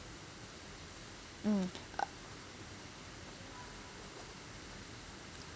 mm